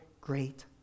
great